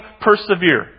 persevere